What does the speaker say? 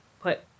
put